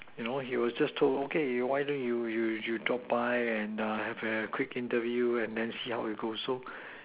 you know he was just told okay why don't you you you drop by and err have a quick interview and then see how it goes so